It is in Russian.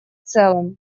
целом